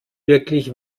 wirklich